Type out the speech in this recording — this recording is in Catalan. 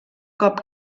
cop